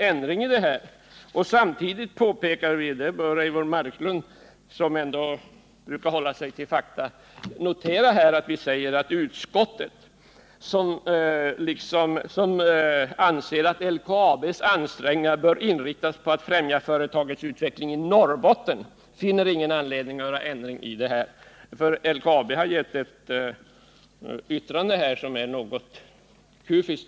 Utskottet påpekar — det bör Eivor Marklund, som ändå brukar hålla sig till fakta, notera — att utskottet, som anser att LKAB:s ansträngningar bör inriktas på att främja företagets utveckling i Norrbotten, inte finner någon anledning att göra ändringar härvidlag. LKAB har uttalat sig något kufiskt.